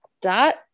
Dot